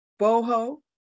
Boho